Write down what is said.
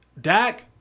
Dak